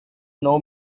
know